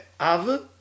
Av